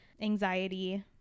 anxiety